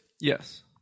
Yes